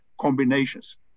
combinations